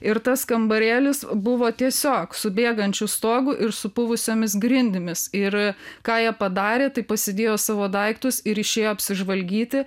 ir tas kambarėlis buvo tiesiog su bėgančiu stogu ir supuvusiomis grindimis ir ką jie padarė tai pasidėjo savo daiktus ir išėjo apsižvalgyti